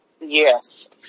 Yes